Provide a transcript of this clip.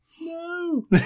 no